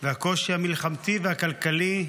והקושי המלחמתי והכלכלי,